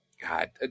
God